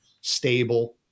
stable